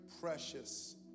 precious